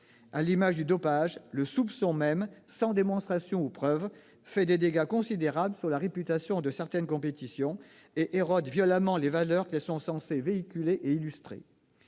À l'image du dopage, le soupçon même, sans démonstration ou preuve, fait des dégâts considérables sur la réputation de certaines compétitions et érode violemment les valeurs que celles-ci sont censées véhiculer et illustrer.